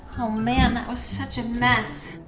oh man, that was such a mess.